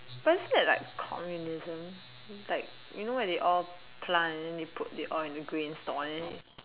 but isn't it like communism like you know when they all plant and then they put the oil in the greens on it